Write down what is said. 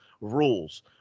rules